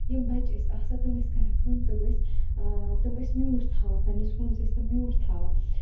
یِم بَچہِ ٲسۍ آسان تِم ٲسۍ کَران کٲم تِم ٲسۍ تِم ٲسۍ میوٗٹ تھاوان پَننِس فونَس ٲسۍ تِم میوٗٹ تھاوان